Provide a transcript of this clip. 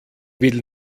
will